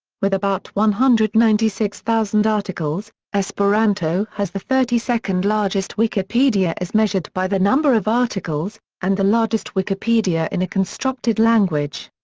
with about one hundred and ninety six thousand articles, esperanto has the thirty second largest wikipedia as measured by the number of articles, and the largest wikipedia in a constructed language.